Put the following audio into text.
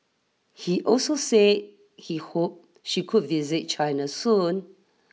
he also say he hoped she could visit China soon